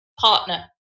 partner